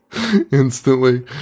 instantly